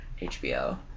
HBO